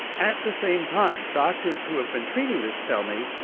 at the same time, doctors who have been treating this tell me